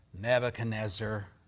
Nebuchadnezzar